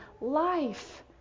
life